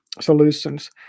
solutions